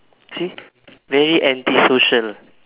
see very anti social